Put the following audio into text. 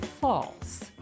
False